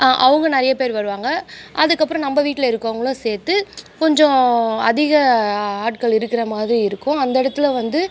அவங்க நிறையப் பேர் வருவாங்க அதுக்கப்புறம் நம்ம வீட்டில் இருக்கறவங்களும் சேர்த்து கொஞ்சம் அதிக ஆட்கள் இருக்கிற மாதிரி இருக்கும் அந்த இடத்துல வந்து